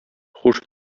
хуш